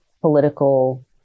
political